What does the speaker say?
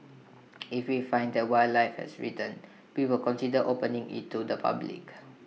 if we find that wildlife has returned we will consider opening IT to the public